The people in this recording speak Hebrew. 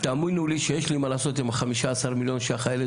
תאמינו לי שיש לי מה לעשות עם ה-15 מיליון ₪ האלה,